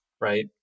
right